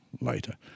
later